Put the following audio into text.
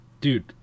Dude